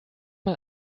mal